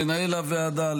מנהל הוועדה,